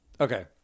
Okay